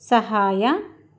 ಸಹಾಯ